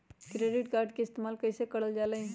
Credit card के इस्तेमाल कईसे करल जा लई?